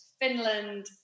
Finland